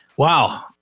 Wow